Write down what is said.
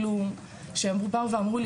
שבאו אמרו,